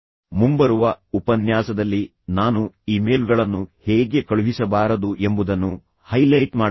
ಮುಂಬರುವ ಉಪನ್ಯಾಸದಲ್ಲಿ ನಾನು ಇಮೇಲ್ಗಳನ್ನು ಹೇಗೆ ಕಳುಹಿಸಬಾರದು ಎಂಬುದನ್ನು ಹೈಲೈಟ್ ಮಾಡಲಿದ್ದೇನೆ